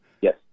Yes